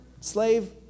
slave